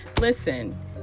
Listen